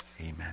amen